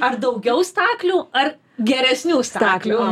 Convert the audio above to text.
ar daugiau staklių ar geresnių staklių